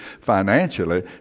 financially